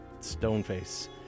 Stoneface